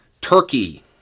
Turkey